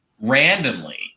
randomly